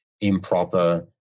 improper